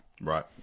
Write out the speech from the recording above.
Right